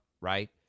right